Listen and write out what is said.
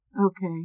Okay